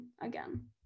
again